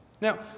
Now